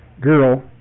girl